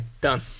Done